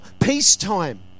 peacetime